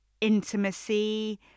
intimacy